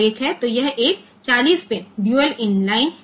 तो यह एक 40 पिन ड्यूल इनलाइन चिप है